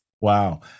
Wow